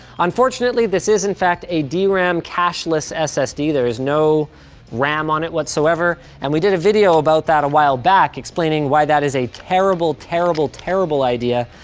unfortunately, this is, in fact, a dram cashless ssd. there is no ram on it whatsoever. and we did a video about that awhile back explaining why that is a terrible, terrible, terrible idea.